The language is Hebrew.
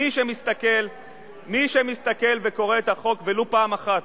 מי שמסתכל וקורא את החוק ולו פעם אחת,